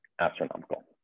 astronomical